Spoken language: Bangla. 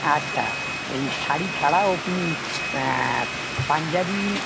আচ্ছা এই শাড়ি ছাড়াও কি পাঞ্জাবী